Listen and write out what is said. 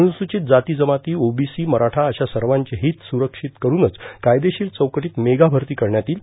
अनुसवित जाती जमाती ओबीसी मराठा अशा सर्वाचे हित सुरक्षित कस्नच कायदेशीर चौकटीत मेगाभरती करण्यात येईल